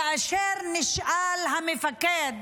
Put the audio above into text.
כאשר נשאל המפקד: